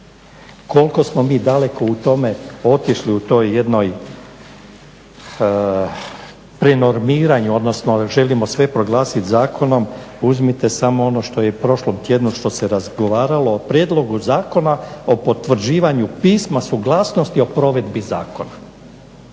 Koliko smo mi daleko u tome otišli u toj jednoj prenormiranju odnosno želimo sve proglasiti zakonom, uzmite samo ono što se je u prošlom tjednu razgovaralo o Prijedlogu Zakona o potvrđivanju pisma suglasnosti o provedbi zakona.